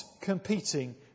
competing